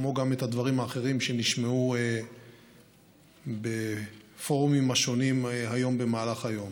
כמו גם את הדברים האחרים שנשמעו בפורומים השונים במהלך היום.